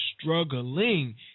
struggling